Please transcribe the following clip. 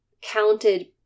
counted